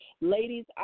Ladies